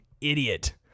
idiot